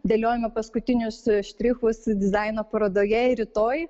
dėliojame paskutinius štrichus dizaino parodoje ir rytoj